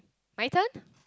my turn